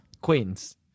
Queens